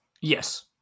Yes